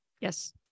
Yes